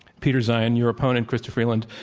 peter zeihan, your opponent, chrystia freeland,